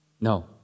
No